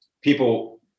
people